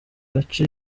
gace